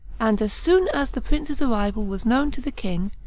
and as soon as the prince's arrival was known to the king,